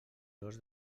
dos